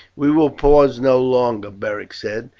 we will pause no longer, beric said,